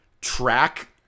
track